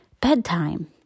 bedtime